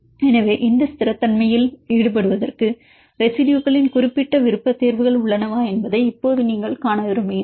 எனவே இந்த ஸ்திரத்தன்மையில் ஈடுபடுவதற்கு ரெசிடுயுகளின் குறிப்பிட்ட விருப்பத்தேர்வுகள் உள்ளனவா என்பதை இப்போது நீங்கள் காண விரும்புகிறீர்கள்